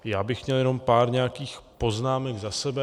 Já bych měl jenom pár nějakých poznámek za sebe.